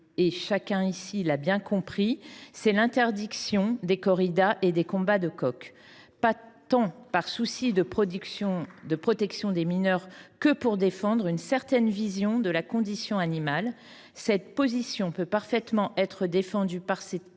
chacun ici l’a bien compris –, c’est l’interdiction des corridas et des combats de coqs, moins par souci de protection des mineurs que pour défendre une certaine vision de la condition animale. Cette position peut être défendue par certains